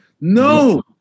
No